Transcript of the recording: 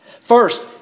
First